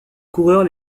coureurs